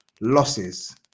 losses